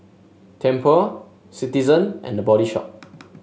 Tempur Citizen and The Body Shop